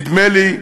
נדמה לי,